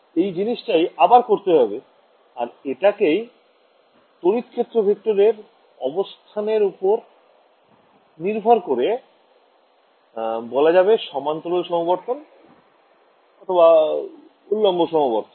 এই জিনিসটাই আবার করতে হবে আর এটাকেই তড়িৎ ক্ষেত্র ভেক্টরের অবস্থানের ওপর নির্ভর করে বলা হবে সমান্তরাল সমবর্তন বা উল্লম্ব সমবর্তন